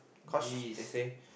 geez